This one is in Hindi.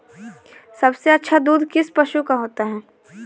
सबसे अच्छा दूध किस पशु का होता है?